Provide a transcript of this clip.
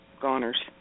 goners